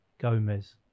Gomez